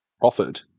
profit